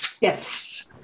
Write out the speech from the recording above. Yes